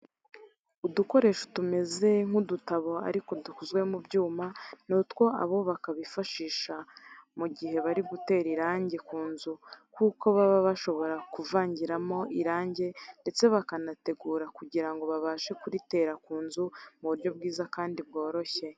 Udukoresho tumeze nk'utudobo ariko dukozwe mu byuma ni two abubaka bifashisha mu gihe bari gutera irange ku nzu kuko baba bashobora kuvangiramo irange ndetse bakanaritegura kugira ngo babashe kuritera ku nzu mu buryo bwiza kandi bworoshye.